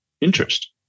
interest